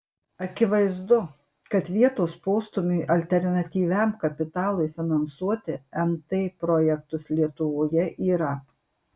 akivaizdu kad vietos postūmiui alternatyviam kapitalui finansuoti nt projektus lietuvoje yra